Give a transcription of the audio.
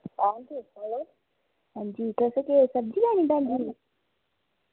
हां जी तुस केह् सब्जी लैनी भैन जी